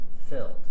filled